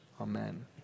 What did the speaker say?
Amen